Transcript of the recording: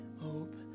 hope